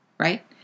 Right